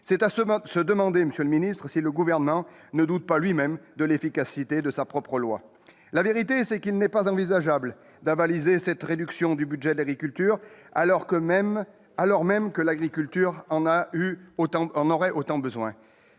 C'est à se demander, monsieur le ministre, si le Gouvernement ne doute pas de l'efficacité de sa propre loi ! La vérité, c'est qu'il n'est pas envisageable d'avaliser cette réduction du budget de l'agriculture, alors même que l'agriculture en a tellement besoin.